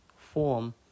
form